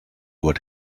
what